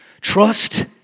Trust